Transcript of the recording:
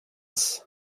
alls